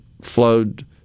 flowed